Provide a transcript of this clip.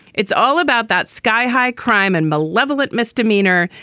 it's all about that sky-high crime and malevolent misdemeanor.